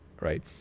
right